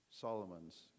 Solomon's